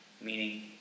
Meaning